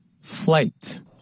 flight